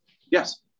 yes